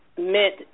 meant